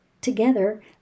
Together